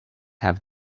have